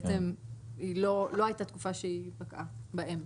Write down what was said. כאילו לא הייתה תקופה שפקעה באמצע.